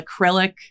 acrylic